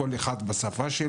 כל אחד בשפה שלו.